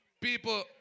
people